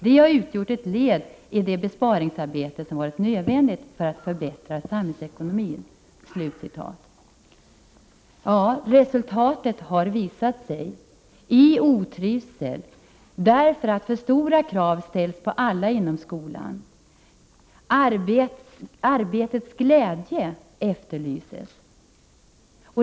Det har utgjort ett led i det besparingsarbete som varit nödvändigt för att förbättra samhällsekonomin.” Resultatet har visat sig i vantrivsel, därför att för stora krav ställs på alla inom skolan. Arbetets glädje efterlyses.